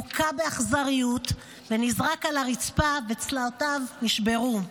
הוכה באכזריות ונזרק על הרצפה וצלעותיו נשברו.